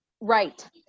right